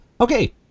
Okay